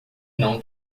não